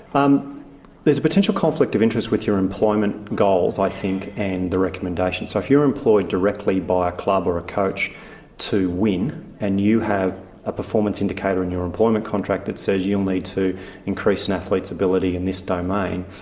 um is a potential conflict of interest with your employment goals i think and the recommendations. so if you're employed directly by a club or a coach to win and you have a performance indicator in your employment contract that says you'll need to increase an athlete's ability in this domain,